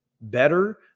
better